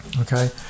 okay